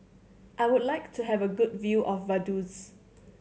I would like to have a good view of Vaduz